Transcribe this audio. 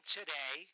today